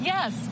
Yes